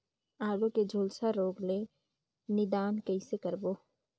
आलू के झुलसा रोग ले निदान कइसे करबो?